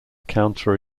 counter